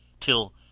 till